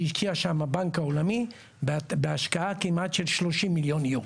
שהשקיע שם הבנק העולמי בהשקעה כמעט של 30 מיליון יורו,